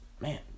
man